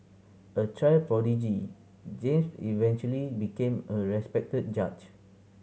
a child prodigy James eventually became a respected judge